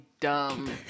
dumb